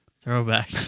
Throwback